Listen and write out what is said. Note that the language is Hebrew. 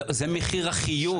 זה מחיר החיוב.